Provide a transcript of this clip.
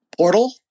portal